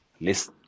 list